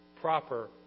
proper